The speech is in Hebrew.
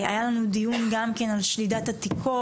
היה לנו דיון גם כן על שדידת עתיקות,